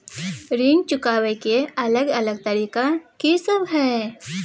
ऋण चुकाबय के अलग अलग तरीका की सब हय?